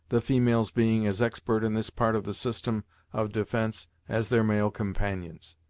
the females being as expert in this part of the system of defence as their male companions.